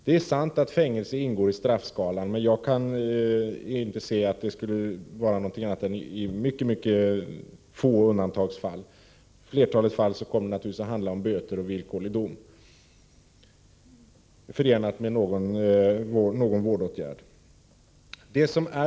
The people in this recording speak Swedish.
Det är sant att fängelse ingår i straffskalan, men jag kan inte se att detta skulle ske annat än i mycket få undantagsfall. I flertalet fall kommer det naturligtvis att handla om böter och villkorlig dom, i förening med någon vårdåtgärd.